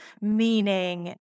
meaning